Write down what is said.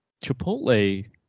Chipotle